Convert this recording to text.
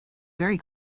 very